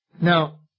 Now